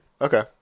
okay